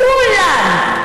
כולן,